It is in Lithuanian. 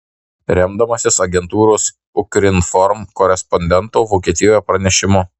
remdamasis agentūros ukrinform korespondento vokietijoje pranešimu